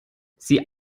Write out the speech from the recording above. sie